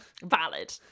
Valid